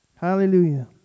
Hallelujah